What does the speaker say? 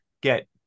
Get